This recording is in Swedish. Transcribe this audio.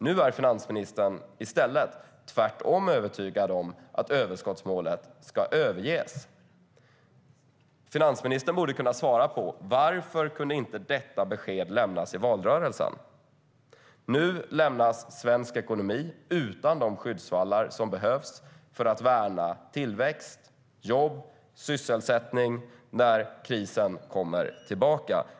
Nu är finansministern i stället övertygad om att överskottsmålet ska överges. Finansministern borde kunna svara på frågan: Varför kunde inte detta besked lämnas i valrörelsen? Nu lämnas svensk ekonomi utan de skyddsvallar som behövs för att värna tillväxt, jobb och sysselsättning när krisen kommer tillbaka.